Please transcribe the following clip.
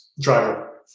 driver